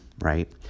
right